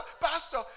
pastor